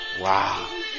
Wow